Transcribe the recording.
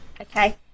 Okay